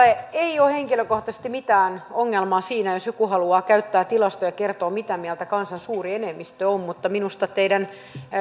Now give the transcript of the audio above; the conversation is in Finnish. ei ole henkilökohtaisesti mitään ongelmaa siinä jos joku haluaa käyttää tilastoja ja kertoa mitä mieltä kansan suuri enemmistö on mutta minusta teidän